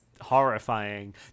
horrifying